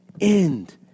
end